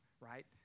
right